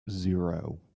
zero